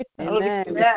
Amen